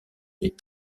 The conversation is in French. les